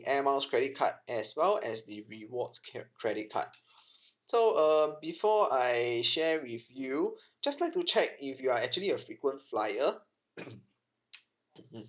airmiles credit card as well as the rewards credit card so um before I share with you just like to check if you are actually a frequent flyer